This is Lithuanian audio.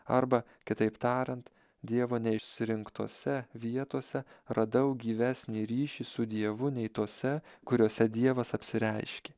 arba kitaip tariant dievo neišsirinktose vietose radau gyvesnį ryšį su dievu nei tose kuriose dievas apsireiškė